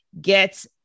get